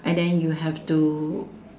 and then you have to